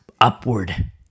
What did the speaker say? upward